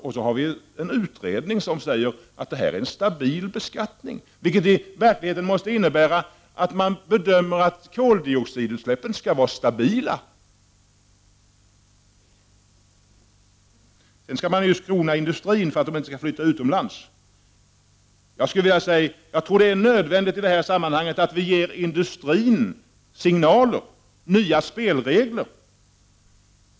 Då säger en utredning att detta är en stabil beskattning, vilket i verkligheten måste innebära att koldioxidutsläppen också skall vara stabila! Sedan sägs det ju att man skall skona industrin för att den inte skall flytta utomlands. Jag tror det är nödvändigt i det här sammanhanget att ge industrin signaler om nya spelregler.